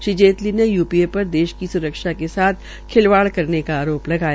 श्री जेटली ने यूपीए र देश की स्रक्षा क साथ खिलवाड़ करने का आरो लगाया